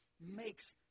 makes